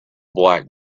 black